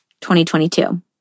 2022